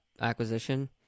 acquisition